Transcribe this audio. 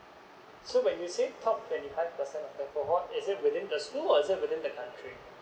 so when you say top twenty five percent of the cohort is it within the school or is it within the country